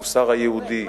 המוסר היהודי,